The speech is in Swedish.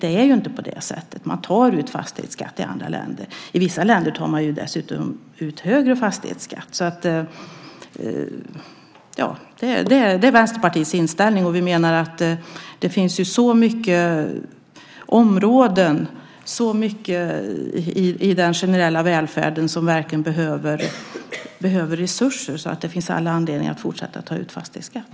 Det är ju inte på det sättet. Man tar ut fastighetsskatt i andra länder. I vissa länder tar man dessutom ut högre fastighetsskatt. Detta är Vänsterpartiets inställning. Och vi menar att det finns så många områden och så mycket i den generella välfärden som verkligen behöver resurser. Det finns därför all anledning att fortsätta att ta ut fastighetsskatt.